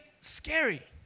scary